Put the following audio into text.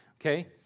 okay